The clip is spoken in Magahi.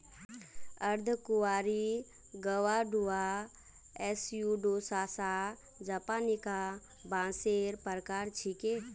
अर्धकुंवारी ग्वाडुआ स्यूडोसासा जापानिका बांसेर प्रकार छिके